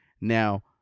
Now